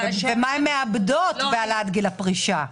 ומה הן מאבדות בהעלאת גיל הפרישה,